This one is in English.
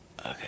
Okay